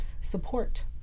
support